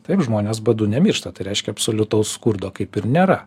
taip žmonės badu nemiršta tai reiškia absoliutaus skurdo kaip ir nėra